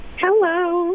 Hello